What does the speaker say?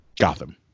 Gotham